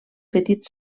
petit